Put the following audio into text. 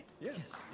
Yes